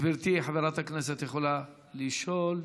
גברתי חברת הכנסת יכולה לשאול.